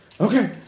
Okay